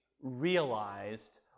realized